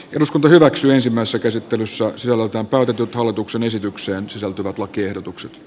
eduskunta hyväksyi ensimmäisen käsittelyn saa selonteon päätetyn hallituksen esitykseen sisältyvät lakiehdotukset